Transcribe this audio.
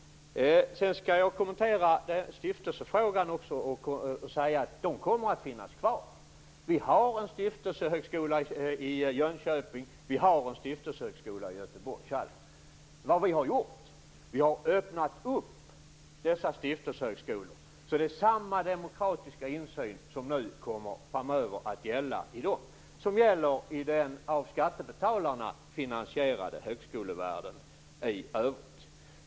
Jag skall kommentera stiftelsefrågan. Stiftelserna kommer att finnas kvar. Vi har en stiftelsehögskola i Vad vi nu har gjort är att vi har öppnat dessa stiftelsehögskolor, så att det är samma demokratiska insyn som framöver kommer att gälla för dem som gäller för den av skattebetalarna finansierade högskolevärlden i övrigt.